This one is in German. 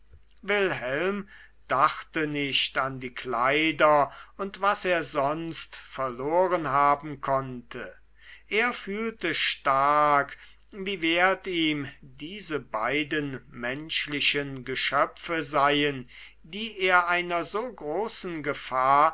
wilhelm dachte nicht an die kleider und was er sonst verloren haben konnte er fühlte stark wie wert ihm diese beiden menschlichen geschöpfe seien die er einer so großen gefahr